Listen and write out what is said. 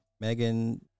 Megan